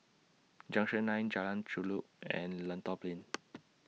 Junction nine Jalan Chulek and Lentor Plain